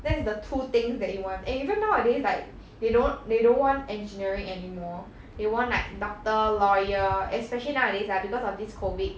that's the two things that you want and even nowadays like they don't they don't want engineering anymore they want like doctor lawyer especially nowadays lah because of this COVID